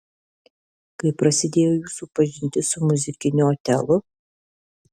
kaip prasidėjo jūsų pažintis su muzikiniu otelu